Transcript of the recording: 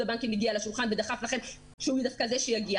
הבנקים הגיע לשולחן ודחף לכם שדווקא הוא זה שיגיע